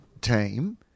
team